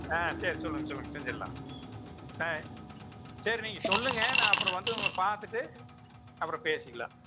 ஆ சரி சொல்லுங்கள் சொல்லுங்கள் செஞ்சிடலான் ஆ சரி நீங்கள் சொல்லுங்கள் நா அப்றம் வந்து உங்களை பார்த்துட்டு அப்றம் பேசிக்கிலாம்